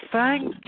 Thank